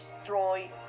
destroy